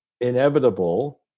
inevitable